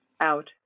out